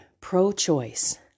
pro-choice